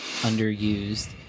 underused